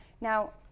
Now